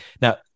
now